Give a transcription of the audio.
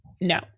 no